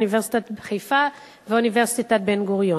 אוניברסיטת חיפה ואוניברסיטת בן-גוריון.